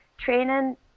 training